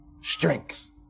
strength